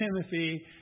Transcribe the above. Timothy